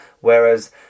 whereas